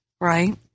right